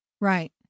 Right